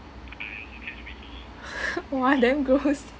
!wah! damn gross